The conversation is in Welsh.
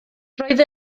roedd